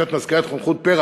קצת מזכירה את חונכות פר"ח,